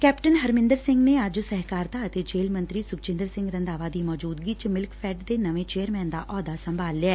captain Harminder Singh ਨੇ ਅੱਜ ਸਹਿਕਾਰਤਾ ਅਤੇ ਜੇਲ੍ਹ ਮੰਤਰੀ ਸੁਖਜਿੰਦਰ ਸਿੰਘ ਰੰਧਾਵਾ ਦੀ ਮੌਜੂਦਗੀ ਚ ਮਿਲਕਫੈਡ ਦੇ ਨਵੇਂ ਚੇਅਰਮੈਨ ਦਾ ਅਹੁਦਾ ਸੰਭਾਲਿਆ